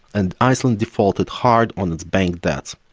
and iceland defaulted hard, on its bank debts.